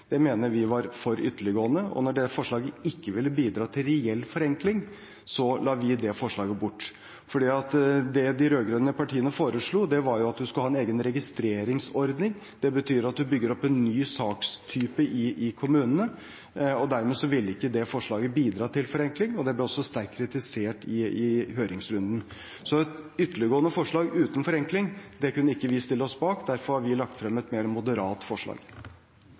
Vi mener at et tilbygg på 50 m2, en garasje på 70 m2 og et næringsbygg i landbruket på inntil 500 m2, uten å måtte søke, var for ytterliggående. Når forslaget ikke ville bidra til reell forenkling, la vi det forslaget bort. Det de rød-grønne partiene foreslo, var at man skulle ha en egen registreringsordning. Det betyr at man bygger opp en ny sakstype i kommunene, og dermed ville ikke det forslaget bidra til forenkling, og det ble også sterkt kritisert i høringsrunden. Et ytterliggående forslag uten forenkling kunne vi ikke stille oss bak, derfor har vi lagt frem et mer moderat